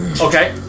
Okay